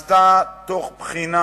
שנעשה תוך בחינה,